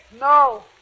No